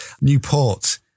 Newport